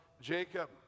Jacob